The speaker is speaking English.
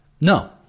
No